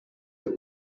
that